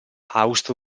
austro